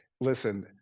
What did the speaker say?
Listen